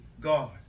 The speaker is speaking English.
god